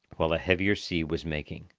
while a heavier sea was making.